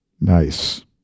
Nice